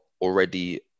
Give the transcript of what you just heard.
already